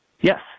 Yes